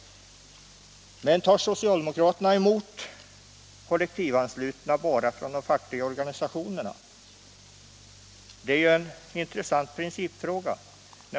Men tar socialdemokraterna emot kollektivanslutna bara från de fackliga organisationerna? Det är ju en intressant principfråga.